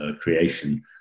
creation